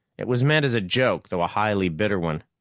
it was meant as a joke, though a highly bitter one.